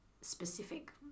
specific